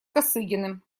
косыгиным